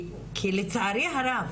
לצערי הרב,